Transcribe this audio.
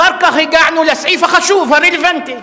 אחר כך הגענו לסעיף החשוב, הרלוונטי,